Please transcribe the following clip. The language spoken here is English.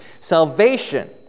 Salvation